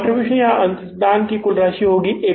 contribution अंशदान की कुल राशि कितनी है